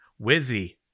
Wizzy